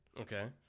Okay